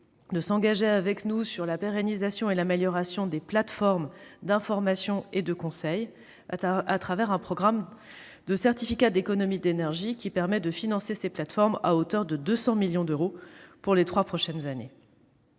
de s'engager avec nous sur la pérennisation et l'amélioration des plateformes d'information et de conseil à travers un programme de certificat d'économies d'énergie qui permet de financer ces plateformes à hauteur de 200 millions d'euros pour les trois prochaines années.